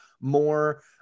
more